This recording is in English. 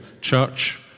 Church